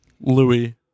Louis